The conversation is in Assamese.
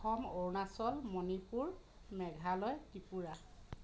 অসম অৰুণাচল মণিপুৰ মেঘালয় ত্ৰিপুৰা